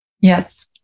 Yes